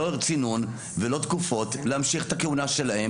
לא צינון ולא תקופות להמשיך את הכהונה שלהם